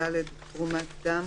(ד)תרומת דם,